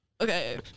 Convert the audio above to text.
Okay